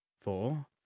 four